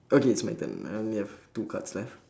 okay it's my turn I only have two cards left